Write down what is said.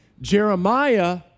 Jeremiah